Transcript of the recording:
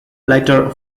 letter